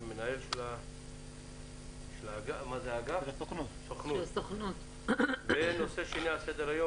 על הסיוע לעסקים קטנים ובינוניים; ונושא שני על סדר היום